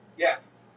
Yes